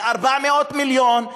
400 מיליון,